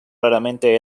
raramente